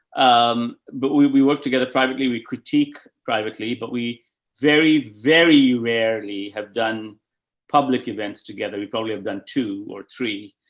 um, but we, we work together privately. we critique privately, but we very, very rarely have done public events together. we probably have done two or three,